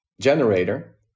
generator